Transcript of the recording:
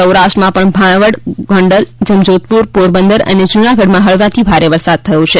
સૌરાષ્ટ્રમાં પણ ભાણવડ ગોંડલ જામજોધપુર પોરબંદર અને જૂનાગઢમાં હળવોથી ભારે વરસાદ થયો છે